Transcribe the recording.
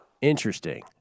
Interesting